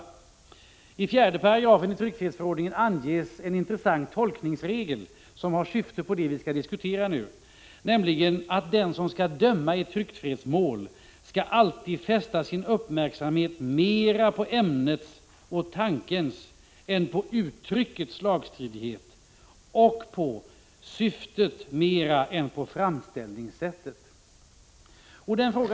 I 4 8 tryckfrihetsförordningen anges en intressant tolkningsregel, som har syfte på det som vi nu diskuterar, nämligen att den som skall döma i ett tryckfrihetsmål alltid skall ”fästa sin uppmärksamhet mera på ämnets och tankens än på uttryckets lagstridighet” och på syftet mera än på framställningssättet.